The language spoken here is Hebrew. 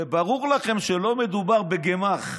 וברור לכם שלא מדובר בגמ"ח,